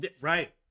Right